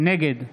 נגד